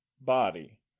body